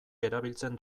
erabiltzen